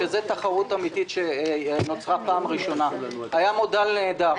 שזה תחרות אמיתית שנוצרה פעם ראשונה היה מודל נהדר.